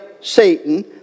Satan